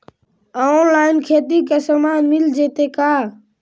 Online खेती के सामान मिल जैतै का?